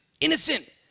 Innocent